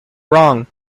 wrong